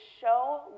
show